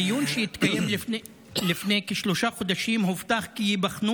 בדיון שהתקיים לפני כשלושה חודשים הובטח כי ייבחנו